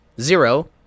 zero